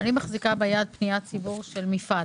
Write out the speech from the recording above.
אני מחזיקה ביד פניית ציבור של מפעל